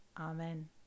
Amen